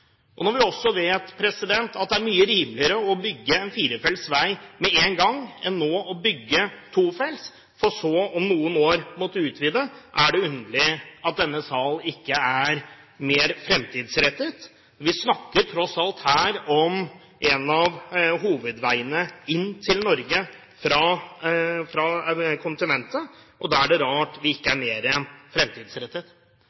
nytt. Når vi også vet at det er mye rimeligere å bygge en firefelts vei med en gang, enn å bygge tofelts vei nå for så om noen år å måtte utvide, er det underlig at ikke denne sal er mer framtidsrettet. Vi snakker tross alt her om en av hovedveiene inn til Norge fra kontinentet. Da er det rart at man ikke er mer framtidsrettet. Enda mer spesielt blir det at vi